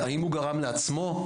"האם הוא גרם לעצמו?"